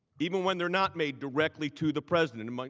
even when they are not made directly to the president. ah